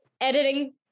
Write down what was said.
editing